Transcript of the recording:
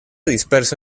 disperso